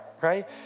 right